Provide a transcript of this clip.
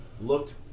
looked